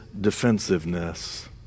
defensiveness